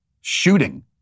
shooting